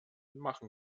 machen